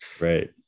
right